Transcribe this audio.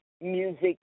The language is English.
music